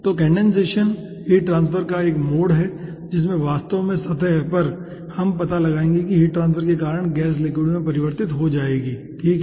तो condensation heat transfer का एक मोड है जिसमें वास्तव में सतह पर हम पता लगाएंगे कि हीट ट्रांसफर के कारण गैस लिक्विड में परिवर्तित हो जाएगी ठीक है